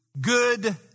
good